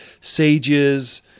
sages